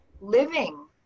living